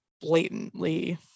blatantly